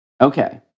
Okay